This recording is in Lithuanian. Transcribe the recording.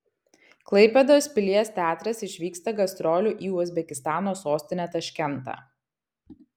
klaipėdos pilies teatras išvyksta gastrolių į uzbekistano sostinę taškentą